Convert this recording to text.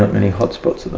many hotspots at the